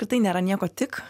ir tai nėra nieko tik